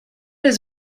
has